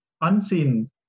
Unseen